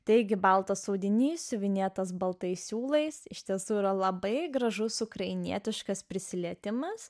taigi baltas audinys siuvinėtas baltais siūlais iš tiesų yra labai gražus ukrainietiškas prisilietimas